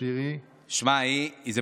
שמע, זה בדיוק אותו דבר.